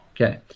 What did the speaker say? Okay